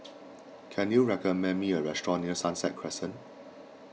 can you recommend me a restaurant near Sunset Crescent